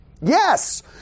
Yes